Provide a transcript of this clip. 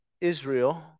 Israel